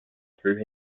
through